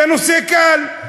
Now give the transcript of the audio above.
זה נושא קל.